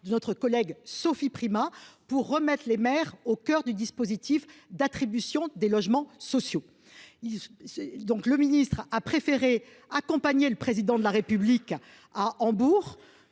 notre collègue Sophie Primas visant à remettre les maires au cœur du dispositif d’attribution des logements sociaux. Le ministre a préféré accompagner le Président de la République à Hambourg,